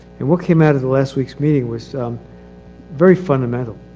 and what came out of the last weeks meeting was very fundamental.